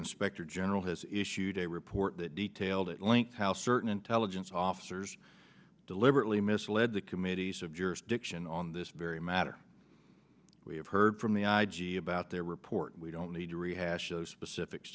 inspector general has issued a report that detailed at length how certain intelligence officers deliberately misled the committees of jurisdiction on this very matter we have heard from the i g about their report we don't need to rehash those specifics